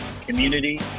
community